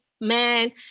man